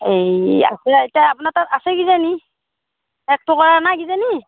এই আছে ইতা আপোনাৰ তাত আছে কিজানি শেষ ত' কৰা নাই কিজানি